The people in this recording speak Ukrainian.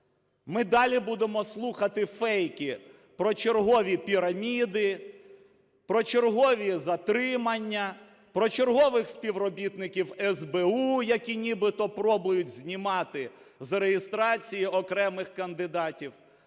ми далі будемо слухати фейки про чергові піраміди, про чергові затримання, про чергових співробітників СБУ, які нібито пробують знімати з реєстрації окремих кандидатів.